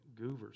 goovers